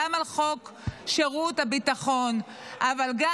גם על חוק שירות הביטחון אבל גם,